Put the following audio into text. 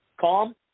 Calm